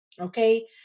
okay